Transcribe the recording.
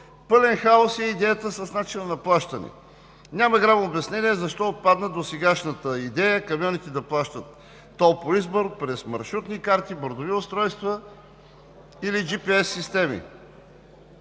пълен хаос е идеята с начина на плащане. Няма грам обяснение защо отпадна досегашната идея камионите да плащат тол по избор, през маршрутни карти, бордови устройства или GPS системи.